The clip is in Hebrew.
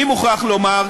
אני מוכרח לומר,